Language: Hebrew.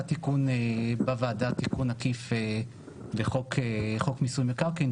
תיקון עקיף בוועדה לחוק מיסוי מקרקעין,